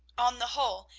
on the whole,